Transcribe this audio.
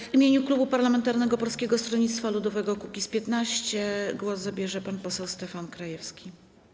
W imieniu klubu parlamentarnego Polskiego Stronnictwa Ludowego - Kukiz15 głos zabierze pan poseł Stefan Krajewski.